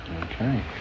Okay